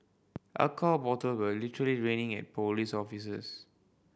alcohol bottle were literally raining at police officers